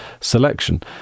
selection